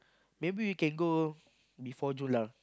maybe we can go before June lah